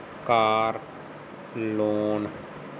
car loan